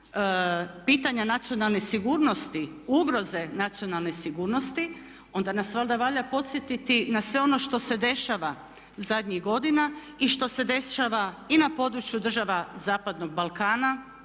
pitanja nacionalne sigurnosti, ugroze nacionalne sigurnosti onda nas valjda valja podsjetiti na sve ono što se dešava zadnjih godina i što se dešava i na području država zapadnog Balkana,